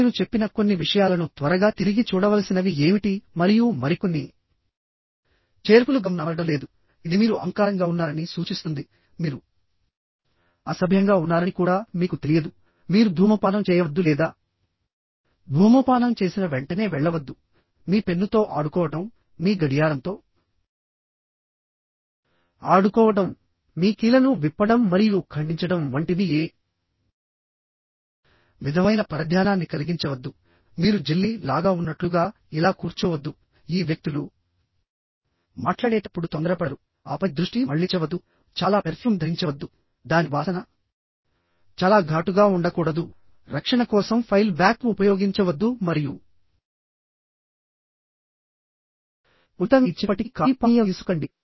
నేను చెప్పిన కొన్ని విషయాలను త్వరగా తిరిగి చూడవలసినవి ఏమిటి మరియు మరికొన్ని చేర్పులు గమ్ నమలడం లేదు ఇది మీరు అహంకారంగా ఉన్నారని సూచిస్తుంది మీరు అసభ్యంగా ఉన్నారని కూడా మీకు తెలియదు మీరు ధూమపానం చేయవద్దు లేదా ధూమపానం చేసిన వెంటనే వెళ్లవద్దు మీ పెన్నుతో ఆడుకోవడం మీ గడియారంతో ఆడుకోవడం మీ కీలను విప్పడం మరియు ఖండించడం వంటివి ఏ విధమైన పరధ్యానాన్ని కలిగించవద్దు మీరు జెల్లీ లాగా ఉన్నట్లుగా ఇలా కూర్చోవద్దు ఈ వ్యక్తులు మాట్లాడేటప్పుడు తొందరపడరు ఆపై దృష్టి మళ్లించవద్దు చాలా పెర్ఫ్యూమ్ ధరించవద్దు దాని వాసన చాలా ఘాటుగా ఉండకూడదు రక్షణ కోసం ఫైల్ బ్యాక్ ఉపయోగించవద్దు మరియు ఉచితంగా ఇచ్చినప్పటికీ కాఫీ పానీయం తీసుకోకండి